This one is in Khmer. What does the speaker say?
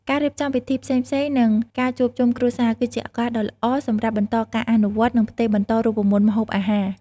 ការរៀបចំពិធីផ្សេងៗ និងការជួបជុំគ្រួសារ គឺជាឱកាសដ៏ល្អសម្រាប់បន្តការអនុវត្តន៍ និងផ្ទេរបន្តរូបមន្តម្ហូបអាហារ។